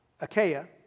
Achaia